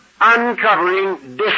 Uncovering